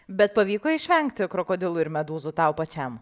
bet pavyko išvengti krokodilų ir medūzų tau pačiam